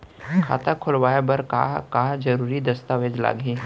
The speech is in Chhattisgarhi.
खाता खोलवाय बर का का जरूरी दस्तावेज लागही?